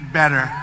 better